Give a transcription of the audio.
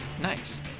Nice